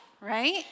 right